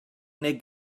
neu